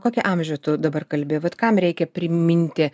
kokį amžių tu dabar kalbi vat kam reikia priminti